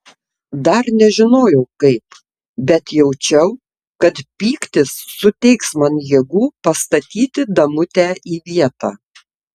dar nežinojau kaip bet jaučiau kad pyktis suteiks man jėgų pastatyti damutę į vietą